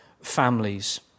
families